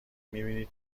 میبینید